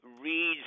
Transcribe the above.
reads